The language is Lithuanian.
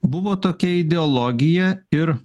buvo tokia ideologija ir